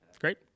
Great